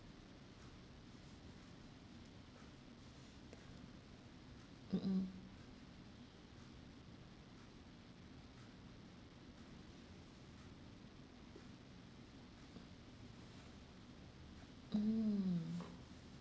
mm mm mm